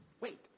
Wait